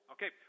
Okay